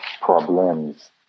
problems